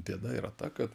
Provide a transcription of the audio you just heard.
bėda yra ta kad